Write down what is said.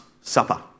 Supper